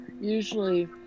Usually